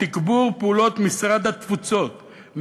תגבור פעולות משרד התפוצות,